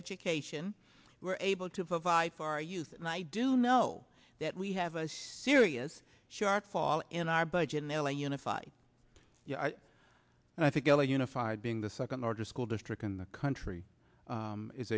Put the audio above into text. education we're able to provide for our youth and i do know that we have a serious shortfall in our budget in l a unified and i think l a unified being the second largest school district in the country